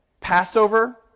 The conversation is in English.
Passover